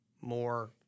more